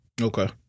Okay